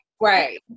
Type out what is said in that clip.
right